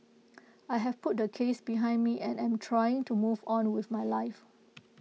I have put the case behind me and am trying to move on with my life